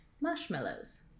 Marshmallows